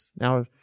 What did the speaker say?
Now